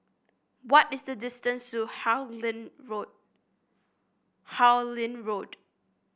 what is the distance to Harlyn Road